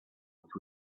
which